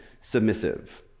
submissive